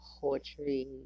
poetry